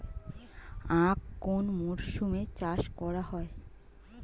আখ কোন মরশুমে চাষ করা হয়?